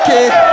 Okay